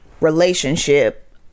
relationship